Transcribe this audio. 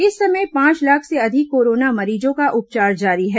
इस समय पांच लाख से अधिक कोरोना मरीजों का उपचार जारी है